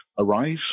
arise